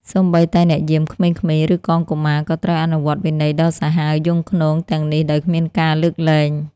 សូម្បីតែអ្នកយាមក្មេងៗ ឬកងកុមារ ក៏ត្រូវអនុវត្តវិន័យដ៏សាហាវយង់ឃ្នងទាំងនេះដោយគ្មានការលើកលែង។